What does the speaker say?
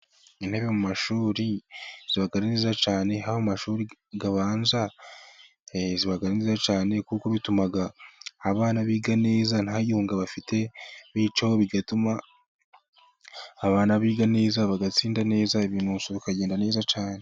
Intebe mu mashuri, aba ari nziza cyane, haba mu mashuri abanza, e ziba ari nziza cyane, kuko bituma abana biga neza, ntagihunga bafite bicyo bigatuma abana biga neza, bagatsinda neza, ibintu bikagenda neza cyane.